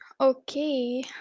okay